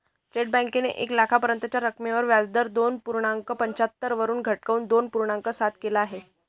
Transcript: state बँकेने एक लाखापर्यंतच्या रकमेवर व्याजदर दोन पूर्णांक पंच्याहत्तर वरून घटवून दोन पूर्णांक सात केल आहे